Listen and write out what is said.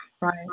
right